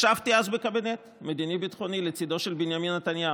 ישבתי אז בקבינט המדיני-ביטחוני לצידו של בנימין נתניהו.